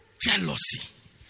jealousy